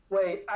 Wait